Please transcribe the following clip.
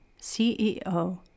CEO